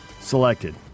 selected